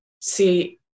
See